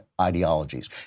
ideologies